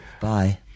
bye